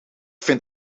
vind